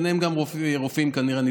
בהם גם רופאים כנראה,